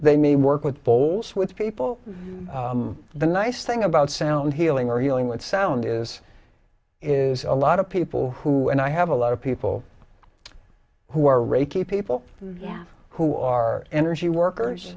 they may work with bowls with people the nice thing about sound healing or healing with sound is is a lot of people who and i have a lot of people who are reiki people who are energy workers